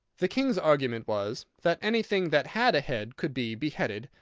the king's argument was, that anything that had a head could be beheaded,